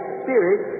spirit